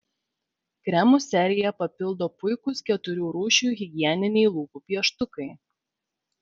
kremų seriją papildo puikūs keturių rūšių higieniniai lūpų pieštukai